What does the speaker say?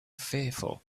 fearful